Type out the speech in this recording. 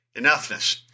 Enoughness